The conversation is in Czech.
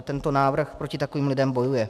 Tento návrh proti takovým lidem bojuje.